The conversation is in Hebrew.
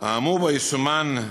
האמור בו יסומן (א),